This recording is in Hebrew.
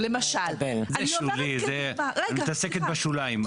זה שולי, את מתעסקת בשוליים.